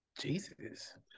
Jesus